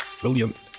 brilliant